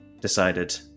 decided